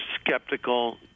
skeptical